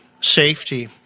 safety